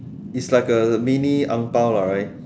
is like a mini 红包 lah right